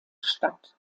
stadt